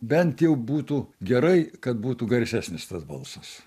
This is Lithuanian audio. bent jau būtų gerai kad būtų garsesnis tas balsas